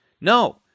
no